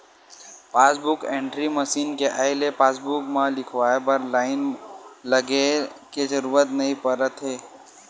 passbook entry machine के आए ले पासबूक म लिखवाए बर लाईन लगाए के जरूरत नइ परत हे